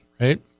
Right